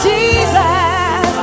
Jesus